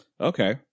Okay